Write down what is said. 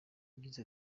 yagize